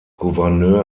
gouverneur